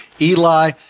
Eli